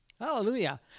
Hallelujah